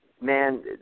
Man